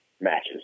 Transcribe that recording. matches